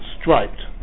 striped